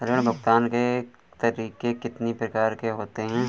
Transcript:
ऋण भुगतान के तरीके कितनी प्रकार के होते हैं?